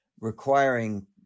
requiring